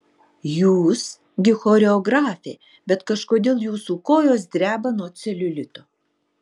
jūs gi choreografė bet kažkodėl jūsų kojos dreba nuo celiulito